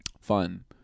Fun